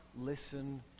listen